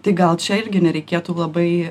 tai gal čia irgi nereikėtų labai